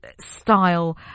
style